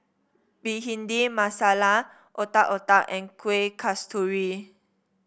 Bhindi Masala Otak Otak and Kueh Kasturi